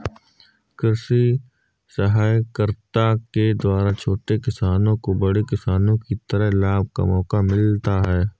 कृषि सहकारिता के द्वारा छोटे किसानों को बड़े किसानों की तरह लाभ का मौका मिलता है